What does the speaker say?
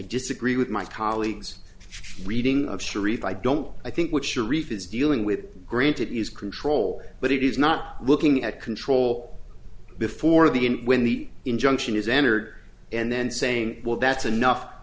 disagree with my colleagues reading of sharif i don't i think what sharif is dealing with granted is control but it is not looking at control before the end when the injunction is entered and then saying well that's enough